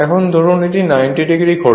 এখন ধরুন এটি 90o ঘোরে